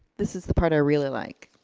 this is the part i really like.